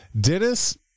Dennis